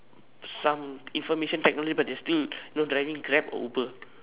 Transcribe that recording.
some information technology but they are still you know driving Grab or Uber